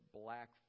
black